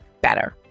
better